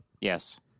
Yes